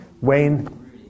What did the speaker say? Wayne